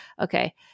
Okay